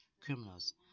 criminals